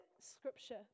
scripture